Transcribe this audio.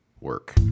work